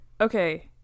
Okay